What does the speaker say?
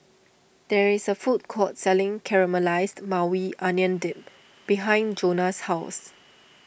there is a food court selling Caramelized Maui Onion Dip behind Johnna's house